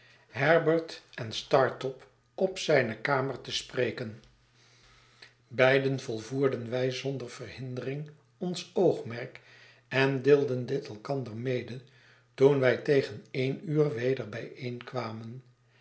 herbert om startop op zijne kamer te spreken beiden volvoerden wij zonder verhindering ons oogmerk en deelden dit elkander mede toen wij tegen eenuur weder bijeenkwamen